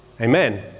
amen